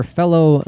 fellow